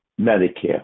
Medicare